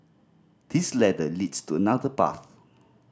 this ladder leads to another path